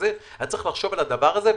צריך לחשוב על הדבר הזה -- רגע,